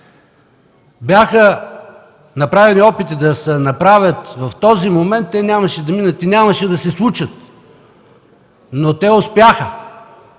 бяха направили опити да се направят в този момент, те нямаше да минат и нямаше да се случат, но те успяха